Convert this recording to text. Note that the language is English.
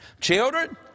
Children